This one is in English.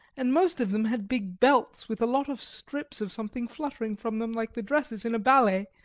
and most of them had big belts with a lot of strips of something fluttering from them like the dresses in a ballet,